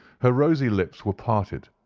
her rosy lips were parted,